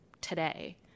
today